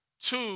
Two